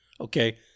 Okay